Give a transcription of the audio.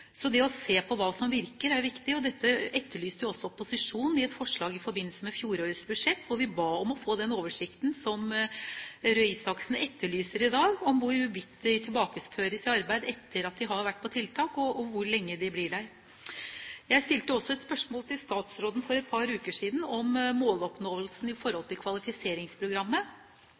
Så det å se på hva som virker, er viktig. Dette etterlyste også opposisjonen i et forslag i forbindelse med fjorårets budsjett, hvor vi ba om å få den oversikten som Røe Isaksen etterlyser i dag, om hvorvidt de tilbakeføres til arbeid etter at de har vært på tiltak, og hvor lenge de blir der. Jeg stilte også et spørsmål til statsråden for et par uker siden om måloppnåelsen i